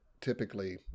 typically